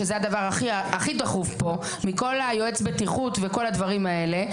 שזה הדבר הכי דחוף כאן בין יועץ הבטיחות וכל הדברים האלה,